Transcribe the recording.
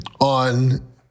on